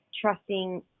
trusting